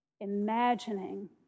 imagining